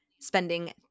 spending